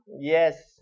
Yes